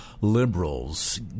liberals